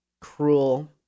cruel